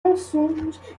mensonges